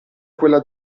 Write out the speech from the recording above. quella